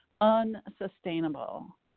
unsustainable